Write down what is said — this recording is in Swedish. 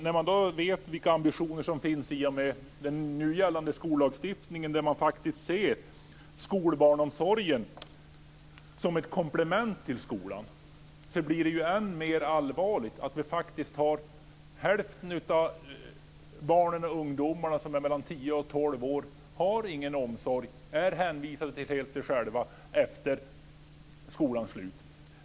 När man då vet vilka ambitioner som finns i och med den nu gällande skollagstiftningen, där man faktiskt ser skolbarnsomsorgen som ett komplement till skolan, blir det än mer allvarligt att hälften av barnen och ungdomarna som är mellan tio och tolv år faktiskt inte har någon omsorg, utan är hänvisade helt till sig själva efter skolans slut.